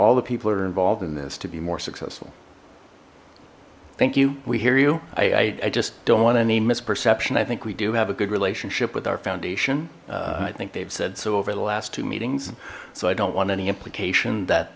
all the people that are involved in this to be more successful thank you we hear you i i just don't want any misperception i think we do have a good relationship with our foundation i think they've said so over the last two meetings so i don't want any implication that